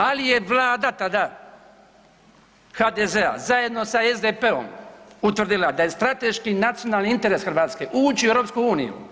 Ali je Vlada tada HDZ-a zajedno sa SDP-om utvrdila da je strateški nacionalni interes Hrvatske ući u EU.